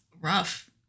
rough